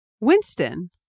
Winston